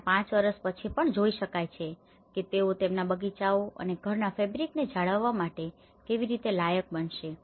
અને પાંચ વર્ષ પછી પણ જોઈ શકાય છે કે તેઓ તેમના બગીચાઓને અને ઘરના ફેબ્રિકને જાળવવા માટે કેવી રીતે લાયક બનશે